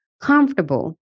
comfortable